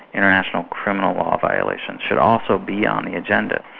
international criminal law violations, should also be on the agenda,